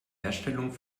herstellung